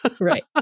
Right